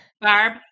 Barb